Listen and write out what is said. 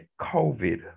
COVID